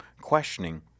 questioning